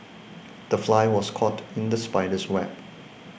the fly was caught in the spider's web